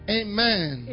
amen